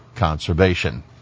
conservation